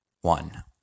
one